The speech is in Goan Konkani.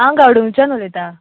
हांव गांवडोंगरीच्यान उलयतां